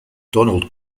donald